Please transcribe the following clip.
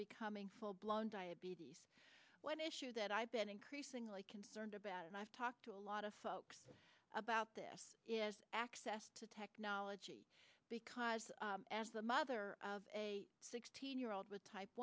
becoming full blown diabetes one issue that i've been increasingly concerned about and i've talked to a lot of folks about this is access to technology because as the mother of a sixteen year old with type